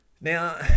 now